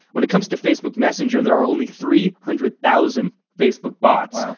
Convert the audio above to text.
when it comes to facebook messenger there are only three hundred thousand facebook bots.